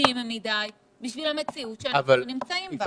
כבדים מדי בשביל המציאות שאנחנו נמצאים בה?